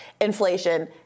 inflation